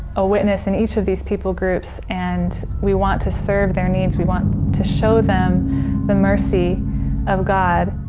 a witness in each of these people groups, and we want to serve their needs, we want to show them the mercy of god.